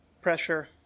pressure